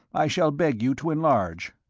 i shall beg you, to enlarge.